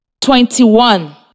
Twenty-one